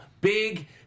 big